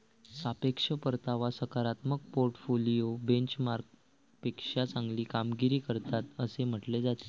सापेक्ष परतावा सकारात्मक पोर्टफोलिओ बेंचमार्कपेक्षा चांगली कामगिरी करतात असे म्हटले जाते